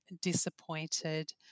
disappointed